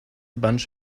bunch